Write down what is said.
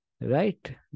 Right